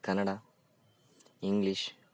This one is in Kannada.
ಕನ್ನಡ ಇಂಗ್ಲಿಷ್